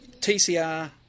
tcr